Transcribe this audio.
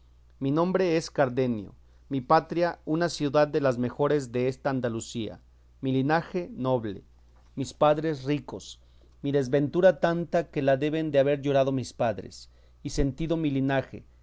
mi nombre es cardenio mi patria una ciudad de las mejores desta andalucía mi linaje noble mis padres ricos mi desventura tanta que la deben de haber llorado mis padres y sentido mi linaje